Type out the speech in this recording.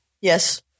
Yes